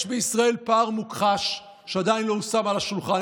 יש בישראל פער מוכחש שעדיין לא הושם על השולחן,